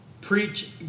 preach